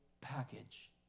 package